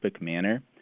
manner